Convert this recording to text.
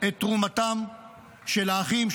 את תרומתם של האחים,